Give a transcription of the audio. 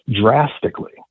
drastically